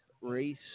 race